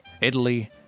Italy